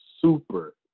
super